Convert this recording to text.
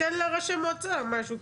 תן לראשי המועצות משהו,